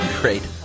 great